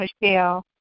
Michelle